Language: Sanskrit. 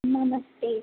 नमस्ते